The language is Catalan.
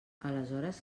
aleshores